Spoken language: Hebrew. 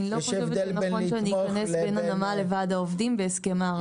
אני לא חושבת שנכון שאני איכנס בין הנמל לוועד העובדים בהסכם הארכה.